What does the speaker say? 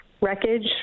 wreckage